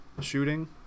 shooting